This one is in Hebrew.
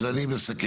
אז אני מסכם,